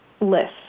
lists